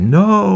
no